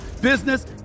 business